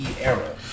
era